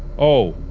oh